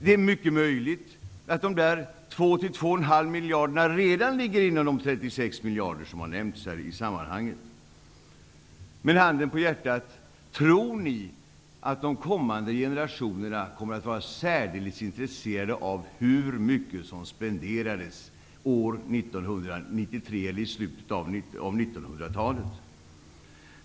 Det är mycket möjligt att dessa 2--2,5 miljarder redan ligger inom ramen för de 36 miljarder som har nämnts här. Handen på hjärtat, tror ni att de kommande generationerna kommer att vara särdeles intresserade av hur mycket som spenderades 1993 eller i slutet av 1900-talet?